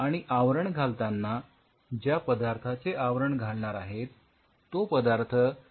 आणि आवरण घालतांना ज्या पदार्थाचे आवरण घालणार आहेत तो पदार्थ वेगवेगळ्या प्रमाणात घ्या